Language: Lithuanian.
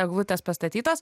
eglutės pastatytos